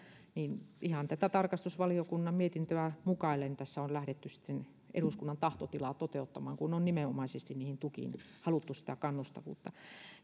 niin ihan tätä tarkastusvaliokunnan mietintöä mukaillen tässä on lähdetty eduskunnan tahtotilaa toteuttamaan kun on nimenomaisesti niihin tukiin haluttu sitä kannustavuutta